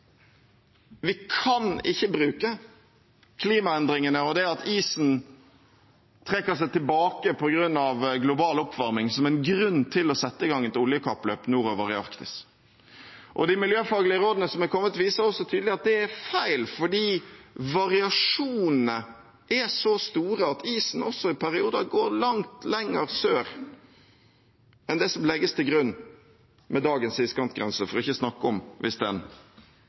Vi kan ikke bruke klimaendringene og det at isen trekker seg tilbake på grunn av global oppvarming, som en grunn til å sette i gang et oljekappløp nordover i Arktis. De miljøfaglige rådene som er kommet, viser også tydelig at det er feil, fordi variasjonene er så store at isen også i perioder går langt lenger sør enn det som legges til grunn med dagens iskantgrense, for ikke å snakke om hvis den